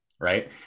right